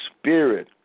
spirit